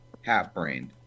half-brained